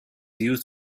used